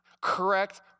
correct